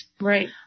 Right